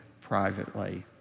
privately